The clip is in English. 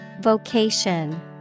Vocation